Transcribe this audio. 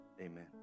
amen